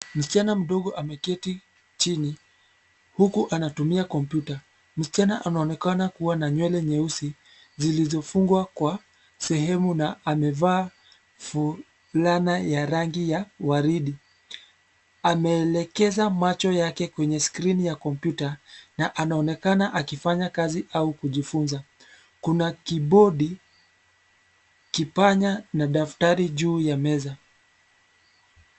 Msichana mdogo ameketi chini, huku anatumia kompyuta. Msichana anaonekana kuwa na nywele nyeusi, zilizofungwa kwa sehemu na amevaa fulana ya rangi ya waridi, ameelekeza macho yake kwenye skrini ya kompyuta, na anaonekana akifanya kazi au kujifunza. Kuna kibodi, kipanya na daftari juu ya meza.